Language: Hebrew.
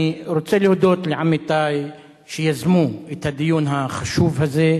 אני רוצה להודות לעמיתי שיזמו את הדיון החשוב הזה.